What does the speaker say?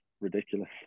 ridiculous